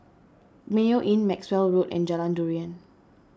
Mayo Inn Maxwell Road and Jalan Durian